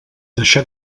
deixar